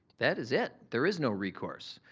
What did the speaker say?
that is it. there is no recourse.